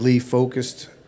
Focused